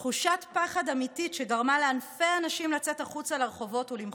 תחושת פחד אמיתי גרמה לאלפי אנשים לצאת החוצה לרחובות ולמחות,